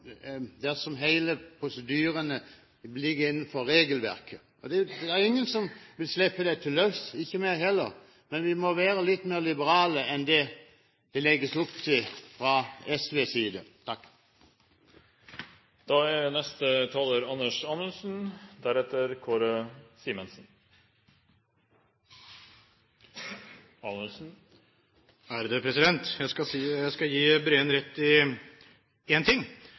dersom prosedyrene ligger innenfor regelverket. Det er ingen som vil slippe dette løs, heller ikke vi. Men vi må være litt mer liberale enn det det legges opp til fra SVs side. Jeg skal gi Breen rett i én ting,